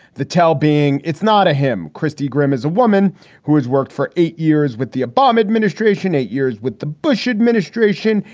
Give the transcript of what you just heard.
the tell being it's not a him. christie grimm is a woman who has worked for eight years with the obama administration, eight years with the bush administration,